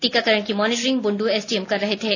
टीकाकरण की monitoring Bundu SDM कर रहे थे